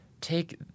take